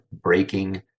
breaking